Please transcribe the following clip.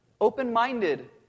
open-minded